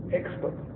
expert